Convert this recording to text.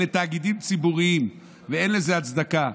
אלה תאגידים ציבוריים, אין לזה הצדקה.